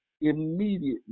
immediately